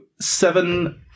seven